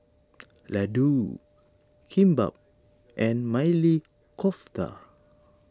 Ladoo Kimbap and Maili Kofta